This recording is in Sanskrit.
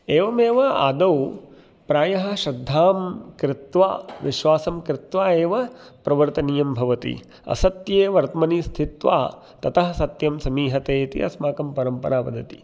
एवमेव आदौ प्रायः श्रद्धां कृत्वा विश्वासं कृत्वा एव प्रवर्तनीयं भवति असत्ये वर्त्मनि स्थित्वा ततः सत्यं समीहते इति अस्माकं परम्परा वदति